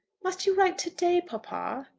must you write to-day, papa?